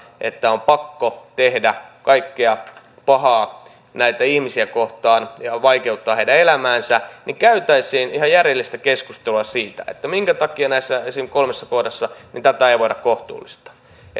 että on pakko tehdä kaikkea pahaa näitä ihmisiä kohtaan ja vaikeuttaa heidän elämäänsä ja käytäisiin ihan järjellistä keskustelua siitä minkä takia esimerkiksi näissä kolmessa kohdassa tätä ei voida kohtuullistaa